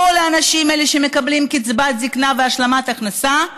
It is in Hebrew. כל האנשים האלה שמקבלים קצבת זקנה והשלמת הכנסה,